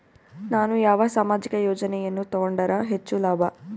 ನಾನು ಯಾವ ಸಾಮಾಜಿಕ ಯೋಜನೆಯನ್ನು ತಗೊಂಡರ ಹೆಚ್ಚು ಲಾಭ?